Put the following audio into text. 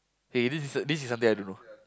hey this is a this is something I don't know